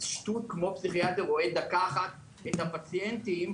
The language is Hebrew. שטות כמו שפסיכיאטר רואה דקה אחת את הפציינטים,